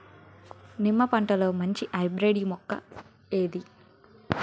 నిమ్మ పంటలో మంచి హైబ్రిడ్ మొక్క ఏది?